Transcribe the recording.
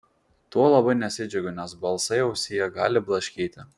tuo labai nesidžiaugiu nes balsai ausyje gali blaškyti